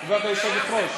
כבוד היושבת-ראש.